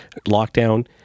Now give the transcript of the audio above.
lockdown